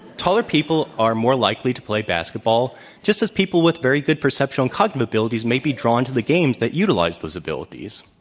taller people are more likely to play basketball just as people with very good perceptual and cognitive abilities may be drawn to the games that utilize those abilities.